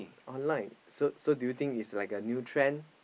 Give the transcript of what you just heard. online so so do you think it's like a new trend